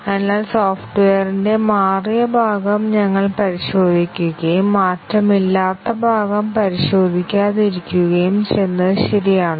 അതിനാൽ സോഫ്റ്റ്വെയറിന്റെ മാറിയ ഭാഗം ഞങ്ങൾ പരിശോധിക്കുകയും മാറ്റമില്ലാത്ത ഭാഗം പരിശോധിക്കാതിരിക്കുകയും ചെയ്യുന്നത് ശരിയാണോ